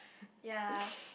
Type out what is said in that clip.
ya